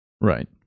right